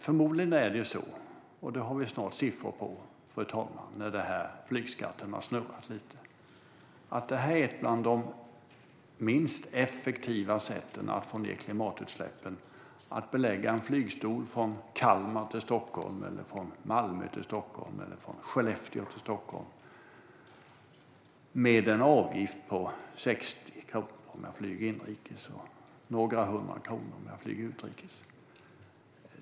Förmodligen är ett av de minst effektiva sätten att få ned klimatutsläppen att belägga en flygstol från Kalmar till Stockholm, från Malmö till Stockholm eller från Skellefteå till Stockholm med en avgift på 60 kronor när jag flyger inrikes och några hundra kronor om jag flyger utrikes.